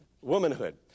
womanhood